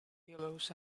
pillows